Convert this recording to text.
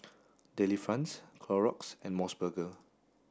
Delifrance Clorox and MOS burger